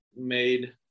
made